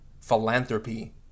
philanthropy